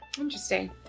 Interesting